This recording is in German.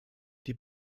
die